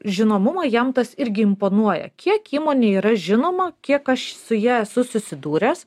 žinomumą jam tas irgi imponuoja kiek įmonė yra žinoma kiek aš su ja esu susidūręs